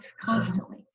constantly